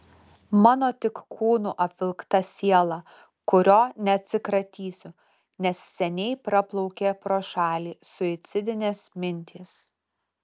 mano tik kūnu apvilkta siela kurio neatsikratysiu nes seniai praplaukė pro šalį suicidinės mintys